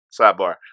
Sidebar